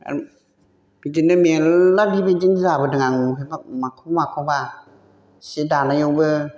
बिदिनो मेरला बेबायदिनो जाबोदों आं माखौ माखौबा सि दानायावबो